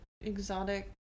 exotic